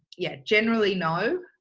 yeah, generally no,